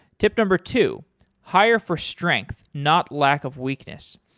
tip number two hire for strength, not lack of weakness.